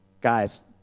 Guys